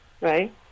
right